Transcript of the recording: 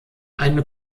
eine